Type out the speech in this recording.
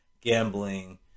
gambling